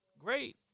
great